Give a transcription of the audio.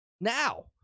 now